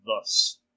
thus